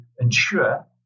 ensure